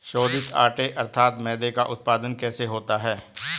शोधित आटे अर्थात मैदे का उत्पादन कैसे होता है?